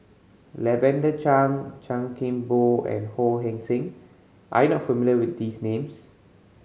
Lavender Chang Chan Kim Boon and Ho Hong Sing are you not familiar with these names